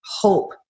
hope